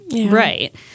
right